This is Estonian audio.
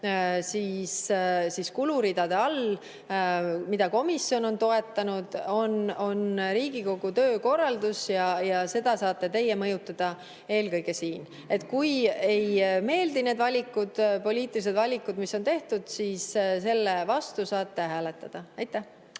kuluridade all, mida komisjon on toetanud, on Riigikogu töökorraldus, ja seda saate mõjutada eelkõige teie siin. Kui ei meeldi need poliitilised valikud, mis on tehtud, siis nende vastu saate hääletada. Aitäh!